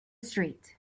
street